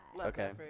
Okay